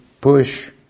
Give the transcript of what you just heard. push